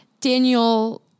Daniel